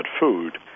food